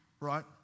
right